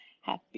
happy